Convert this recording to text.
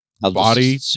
body